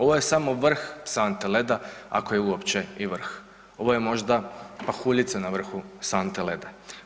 Ovo je samo vrh sante leda, ako je uopće i vrh, ovo je možda pahuljica na vrhu sante leda.